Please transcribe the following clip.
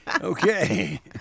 Okay